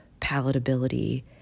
palatability